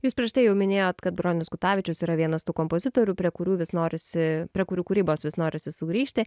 jūs prieš tai jau minėjot kad bronius kutavičius yra vienas tų kompozitorių prie kurių vis norisi prie kurių kūrybos vis norisi sugrįžti